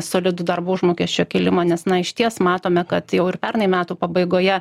solidų darbo užmokesčio kėlimą nes na išties matome kad jau ir pernai metų pabaigoje